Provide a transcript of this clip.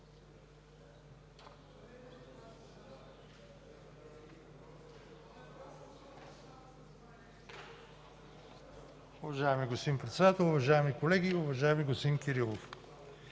Уважаема госпожо председател, уважаеми колеги, уважаеми гости! В